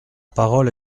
parole